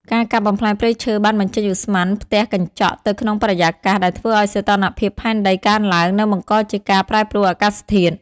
ការកាប់បំផ្លាញព្រៃឈើបានបញ្ចេញឧស្ម័នផ្ទះកញ្ចក់ទៅក្នុងបរិយាកាស ដែលធ្វើឱ្យសីតុណ្ហភាពផែនដីកើនឡើង និងបង្កជាការប្រែប្រួលអាកាសធាតុ។